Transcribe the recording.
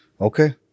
Okay